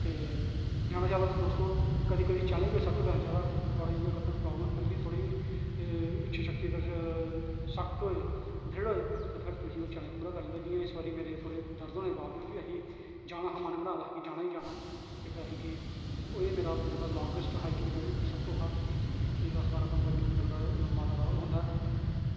ते जाना चाहिदा दोस्तो कदें कदें चैलेंज बी अक्टसैप्ट करना चाहिदा थोह्ड़ा जेह् अगर तोआनूं प्राब्लम ऐ फिर बी थोह्ड़ी इच्छा शक्ति अगर सख्त होऐ दृड़ होऐ ते फिर तुस ओह् चैलेंज पूरा करी लैंदे जिया इस बारी मेरे थोह्ड़े दर्द होने दे बाबजूद बी अहीं जाना हा मन बनाए दा हा कि जाना गै जाना ऐ ते फिर अहीं गे ते ओही ही मेरा जेह्ड़ा लांगेस्ट हाईकिंग हा सबतूं हा कि दस बारां पंदरां किलो मीटर माता दा ओह् होंदा